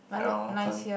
ya okay